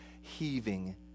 heaving